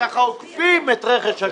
וככה עוקפים את רכש הגומלין.